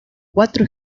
cuatro